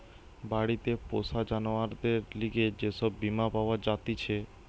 বাড়িতে পোষা জানোয়ারদের লিগে যে সব বীমা পাওয়া জাতিছে